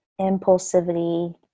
impulsivity